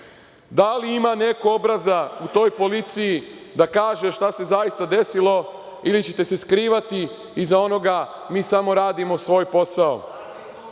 li ima neko obraza u toj policiji da kaže šta se zaista se desilo ili ćete se skrivati iza onoga - mi samo radimo svoj posao?